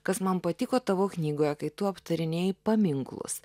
kas man patiko tavo knygoje kai tu aptarinėji paminklus